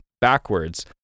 backwards